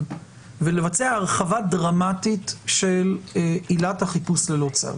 ולבצע הרחבת דרמטית של עילת החיפוש ללא צו